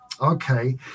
okay